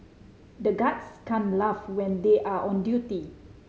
the guards can't laugh when they are on duty